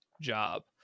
job